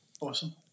Awesome